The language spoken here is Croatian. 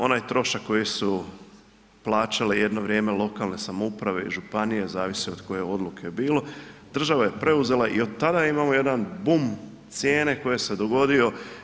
Onaj trošak koji su plaćale jedno vrijeme lokalne samouprave i županije, zavisi od koje odluke je bilo, država je preuzela i od tada imamo jedan bum cijene koji se dogodio.